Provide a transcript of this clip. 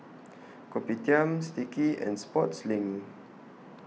Kopitiam Sticky and Sportslink